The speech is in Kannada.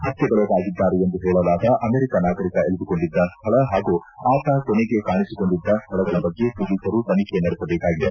ಹತ್ಯೆಗೊಳಗಾಗಿದ್ದಾರೆ ಎಂದು ಹೇಳಲಾದ ಅಮೆರಿಕ ನಾಗರಿಕ ಇಳಿದುಕೊಂಡಿದ್ದ ಸ್ಥಳ ಹಾಗೂ ಆತ ಕೊನೆಗೆ ಕಾಣಿಸಿಕೊಂಡಿದ್ದ ಸ್ಥಳಗಳ ಬಗ್ಗೆ ಮೊಲೀಸರು ತನಿಬೆ ನಡೆಸಬೇಕಾಗಿದೆ